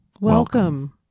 welcome